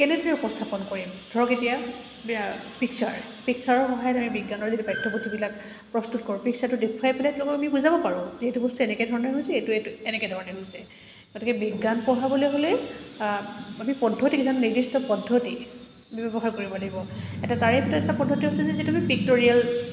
কেনেদৰে উপস্থাপন কৰিম ধৰক এতিয়া পিক্সাৰ পিক্সাৰৰ সহায়ত আমি বিজ্ঞানৰ যদি পাঠ্যপুথিবিলাক প্ৰস্তুত কৰোঁ পিক্সাৰটো দেখুৱাই পেলাই তেওঁলোকক আমি বুজাব পাৰোঁ যে সেইটো বস্তু এনেকৈ ধৰণে হৈছে এইটো এইটো এনেকৈ ধৰণে হৈছে গতিকে বিজ্ঞান পঢ়াবলৈ হ'লে আমি পদ্ধতি কিছুমান নিৰ্দিষ্ট পদ্ধতি ব্যৱহাৰ কৰিব লাগিব এটা তাৰে ভিতৰত এটা পদ্ধতি হৈছে যে যিটো আমি পিক্টৰিয়েল